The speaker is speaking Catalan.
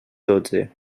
dotze